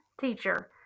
teacher